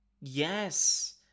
Yes